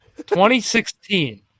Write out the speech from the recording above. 2016